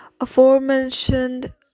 Aforementioned